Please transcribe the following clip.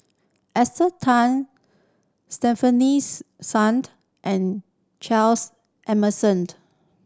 Esther Tan Stefanies Suned and Charles Emmersoned